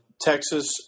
Texas